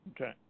Okay